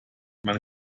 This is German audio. man